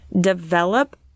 develop